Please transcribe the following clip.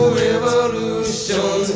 revolution